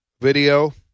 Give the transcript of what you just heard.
video